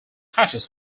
patches